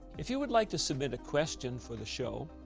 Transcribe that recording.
if you would like to submit a question for the show,